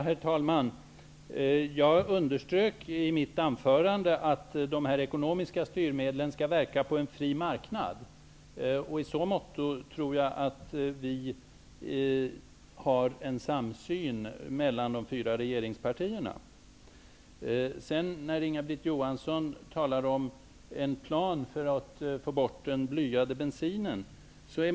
Herr talman! I mitt anförande underströk jag att de ekonomiska styrmedlen skall verka på en fri marknad. I så måtto tror jag att vi i de fyra regeringspartierna har en samsyn. Inga-Britt Johansson talar om en plan för att få bort den blyade bensinen.